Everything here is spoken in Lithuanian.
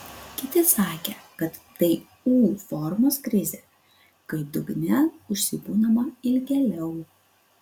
kiti sakė kad tai u formos krizė kai dugne užsibūnama ilgėliau